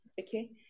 Okay